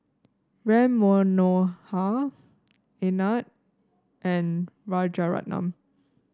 Ram Manohar Anand and Rajaratnam